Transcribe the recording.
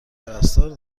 پرستار